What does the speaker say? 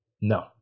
No